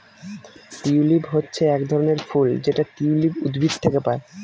tulip হচ্ছে এক ধরনের ফুল যেটা টিউলিপ উদ্ভিদ থেকে পায়